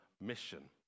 mission